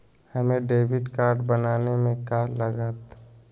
हमें debit card बनाने में का लागत?